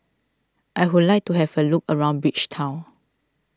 I would like to have a look around Bridgetown